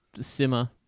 simmer